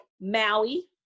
Maui